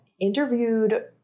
interviewed